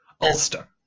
Ulster